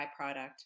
byproduct